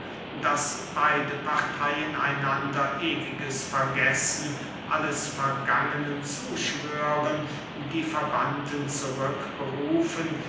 daß beide parteyen einander ewiges vergessen alles vergangenen zuschwören die verbannten zurück berufen